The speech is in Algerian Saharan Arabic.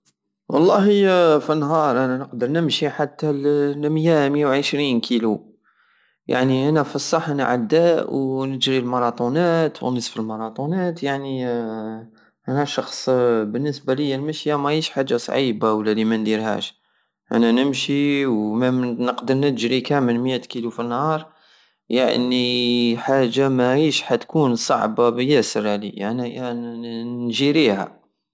ولله فالنهار انا نقدر نمشي حتى لميا ميا وعشرين كيلو يعني انا في الصح انا عداء ونجري المراطونات ونصف المراطونات يعني انا شخص بالنسبة لية المشية مهيش حجا صعيبة ولا لمنديرهاش انا نمشي ومام نقدر نجري كامل ميات كيلو فالنهار يعني حاجة ماهيش حاتكون صعبة ياسر علية انيا نجيريها